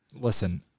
Listen